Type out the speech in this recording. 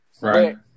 Right